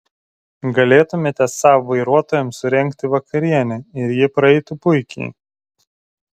galėtumėte saab vairuotojams surengti vakarienę ir ji praeitų puikiai